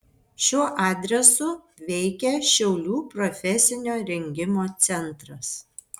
šiuo adresu veikia šiaulių profesinio rengimo centras